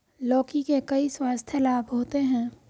लौकी के कई स्वास्थ्य लाभ होते हैं